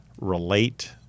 relate